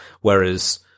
Whereas